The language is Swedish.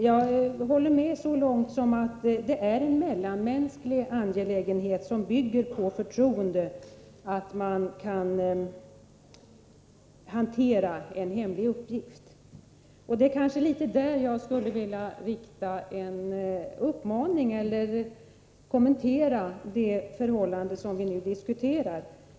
Jag håller med honom så långt som att det är en mellanmänsklig angelägenhet, som bygger på förtroende, att man kan hantera en hemlig uppgift. Det är i detta avseende som jag skulle vilja kommentera det förhållande som vi nu diskuterar.